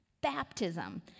baptism